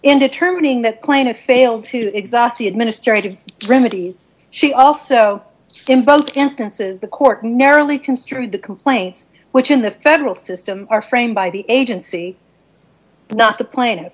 in determining that plaintiff failed to exhaust the administrative remedies she also in both instances the court narrowly construed the complaints which in the federal system are framed by the agency not the planet